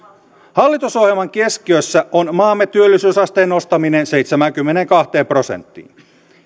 hallitusohjelman keskiössä on maamme työllisyysasteen nostaminen seitsemäänkymmeneenkahteen prosenttiin